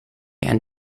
and